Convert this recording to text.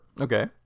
okay